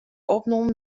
opnommen